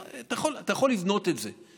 אתה יכול לבנות את זה.